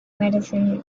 medicine